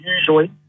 usually